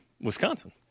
Wisconsin